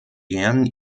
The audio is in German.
ehren